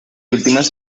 últimas